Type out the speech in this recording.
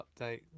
update